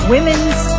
Women's